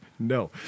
No